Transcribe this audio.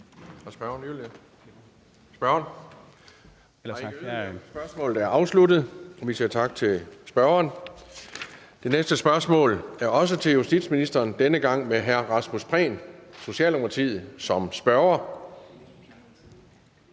Spørgsmålet er afsluttet, og vi siger tak til spørgeren. Det næste spørgsmål er også til justitsministeren, og denne gang er det med hr. Rasmus Prehn, Socialdemokratiet, som spørger.